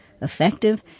effective